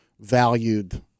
valued